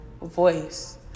voice